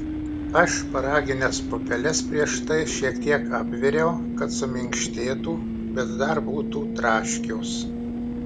aš šparagines pupeles prieš tai šiek tiek apviriau kad suminkštėtų bet dar būtų traškios